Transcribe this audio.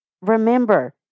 Remember